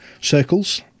circles